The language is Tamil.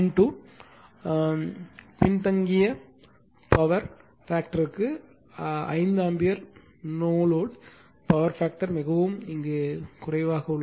2 பின்தங்கிய பவர் பேக்டர்க்கு 5 ஆம்பியர் நோலோடு பவர் பேக்டர் மிகவும் மோசமாக உள்ளது